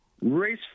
Race